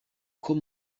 com